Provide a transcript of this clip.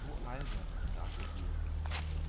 o albert sagte sie